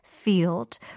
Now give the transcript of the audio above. Field